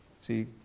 See